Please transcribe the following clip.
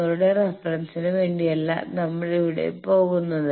നിങ്ങളുടെ റഫറൻസിന് വേണ്ടിയല്ല നമ്മൾ ഇവിടെ പോകുന്നത്